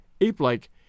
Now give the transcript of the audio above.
ape-like